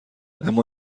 اما